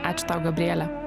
ačiū tau gabriele